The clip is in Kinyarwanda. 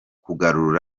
ubwenge